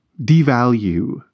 devalue